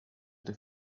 der